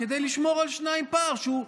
כדי לשמור על פער של שניים.